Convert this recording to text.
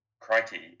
crikey